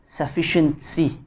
sufficiency